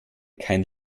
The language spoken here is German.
kein